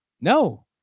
No